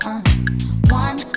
One